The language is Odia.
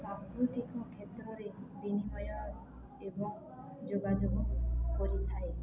ସାଂସ୍କୃତିକ କ୍ଷେତ୍ରରେ ବିନିମୟ ଏବଂ ଯୋଗାଯୋଗ କରିଥାଏ